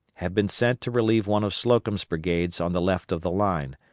had been sent to relieve one of slocum's brigades on the left of the line,